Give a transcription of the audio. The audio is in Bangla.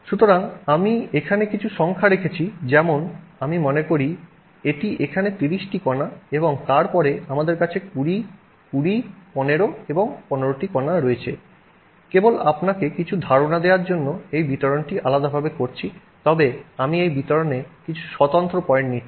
সুতরাং আমি এখানে কিছু সংখ্যা রেখেছি যেমন আমি মনে করি এটি এখানে 30 টি কণা এবং তারপরে আমাদের কাছে 20 20 15 এবং 15 টি কণা রয়েছে কেবল আপনাকে কিছু ধারণা দেওয়ার জন্য এর বিতরণটি আলাদাভাবে করছি তবে আমি এই বিতরণে কিছু স্বতন্ত্র পয়েন্ট নিচ্ছি